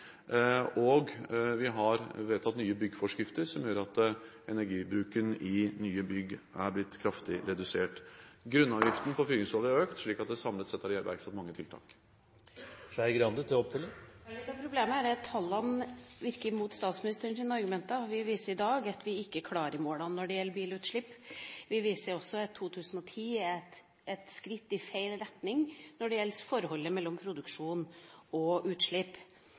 og vi har vedtatt nye byggeforskrifter som gjør at energibruken i nye bygg er blitt kraftig redusert, og grunnavgiften på fyringsolje har økt. Så samlet sett er det iverksatt mange tiltak. Litt av problemet er at tallene virker mot statsministerens argumenter. Vi viser i dag at vi ikke klarer målene når det gjelder bilutslipp, vi viser også at 2010 er et skritt i feil retning når det gjelder forholdet mellom produksjon og utslipp.